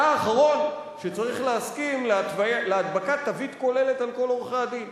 אתה האחרון שצריך להסכים להדבקת תווית כוללת על כל עורכי-הדין,